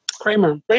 Kramer